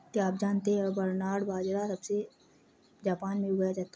क्या आप जानते है बरनार्ड बाजरा सबसे पहले जापान में उगाया गया